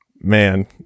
man